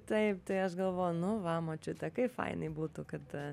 taip tai aš galvoju nu va močiute kaip fainai būtų kad a